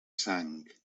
sang